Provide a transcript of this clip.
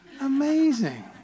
amazing